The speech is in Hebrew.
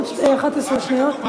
עוד 11 שניות.